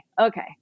Okay